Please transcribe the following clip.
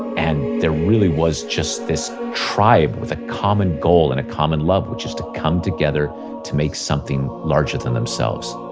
and there really was just this tribe with a common goal, and a common love. which is to come together to make something larger than themselves.